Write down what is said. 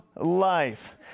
life